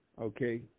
Okay